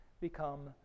become